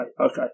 okay